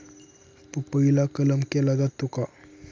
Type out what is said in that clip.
पपईला कलम केला जातो का?